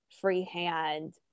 freehand